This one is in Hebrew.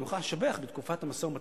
ואני מוכרח לשבח: בתקופת המשא-ומתן